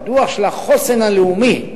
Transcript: הדוח של החוסן הלאומי,